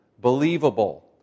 believable